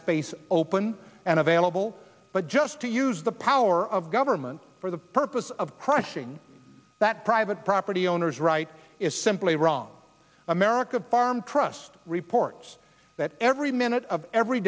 space open and available but just to use the power of government for the purpose of crushing that private property owners right is simply wrong america farm trust reports that every minute of every